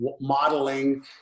modeling